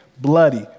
bloody